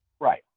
Right